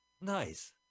nice